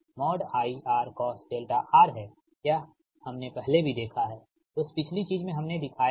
R cosδR है यह हमने पहले भी देखा है उस पिछली चीज़ में हमने दिखाया है